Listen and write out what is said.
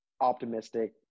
optimistic